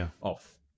off